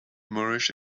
moorish